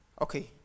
Okay